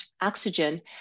oxygen